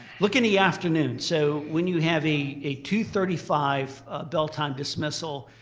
look at the afternoon. so when you have a a two thirty five bell time dismissal,